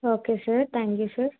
okay sir thank you sir